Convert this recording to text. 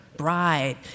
bride